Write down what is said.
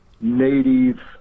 native